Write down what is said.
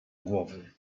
głowy